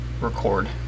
record